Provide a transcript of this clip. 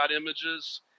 images